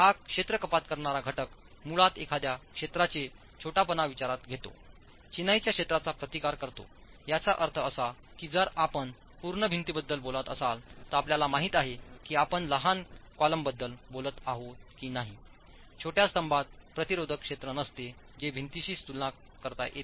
हा क्षेत्र कपात करणारा घटक मुळात एखाद्या क्षेत्राचे छोटेपणा विचारात घेतो चिनाईच्या क्षेत्राचा प्रतिकार करतो याचा अर्थ असा की जर आपण पूर्णभिंतीबद्दल बोलत असाल तर आपल्याला माहित आहे की आपण लहान कॉलमबद्दल बोलत आहात की नाहीछोट्या स्तंभात प्रतिरोधक क्षेत्र नसते जे भिंतीशीच तुलना करता येते